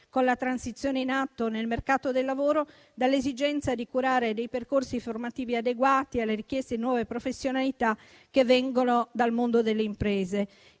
con la transizione in atto nel mercato del lavoro e dall'esigenza di curare percorsi formativi adeguati alle richieste di nuove professionalità che vengono dal mondo delle imprese.